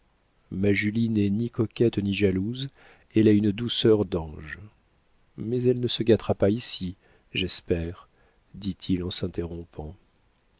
julie n'est ni coquette ni jalouse elle a une douceur d'ange mais elle ne se gâtera pas ici j'espère dit-il en s'interrompant